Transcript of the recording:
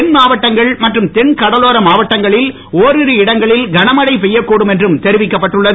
தென்மாவட்டங்கள் மற்றும் தென் கடலோர மாவட்டங்களில் ஓரிரு இடங்களில் கனமழை பெய்யக்கூடும் என்றும் தெரிவிக்கப்பட்டுள்ளது